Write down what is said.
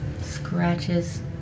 Scratches